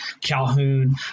Calhoun